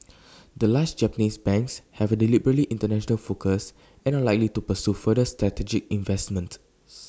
the large Japanese banks have A deliberately International focus and are likely to pursue further strategic investments